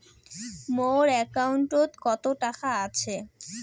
মোর একাউন্টত কত টাকা আছে?